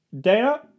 Dana